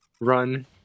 run